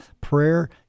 Prayer